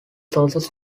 sources